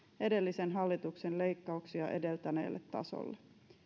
edellisen hallituksen leikkauksia edeltäneelle tasolle